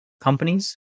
companies